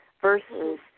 Versus